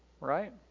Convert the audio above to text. Right